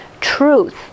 truth